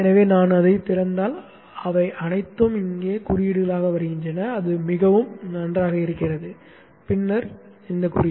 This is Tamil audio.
எனவே நான் அதைத் திறந்தால் அவை அனைத்தும் இங்கே சின்னங்களாக வருகின்றன அது மிகவும் நன்றாக இருக்கிறது பின்னர் கூறு